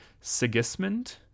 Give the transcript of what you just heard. Sigismund